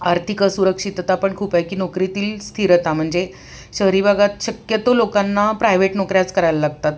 आर्थिक असुरक्षितता पण खूप आहे की नोकरीतील स्थिरता म्हणजे शहरी भागात शक्यतो लोकांना प्रायव्हेट नोकऱ्याच करायला लागतात